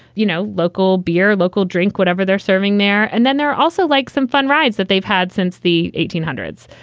you know, local beer, local drink, whatever they're serving there. and then there are also like some fun rides that they've had since the eighteen hundreds.